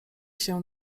się